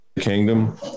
Kingdom